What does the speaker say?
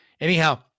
Anyhow